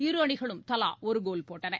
இரு அணிகளும் தலா ஒரு கோல் போட்டன